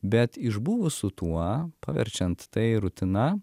bet išbuvus su tuo paverčiant tai rutina